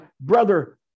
brother